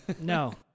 No